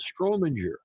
Strominger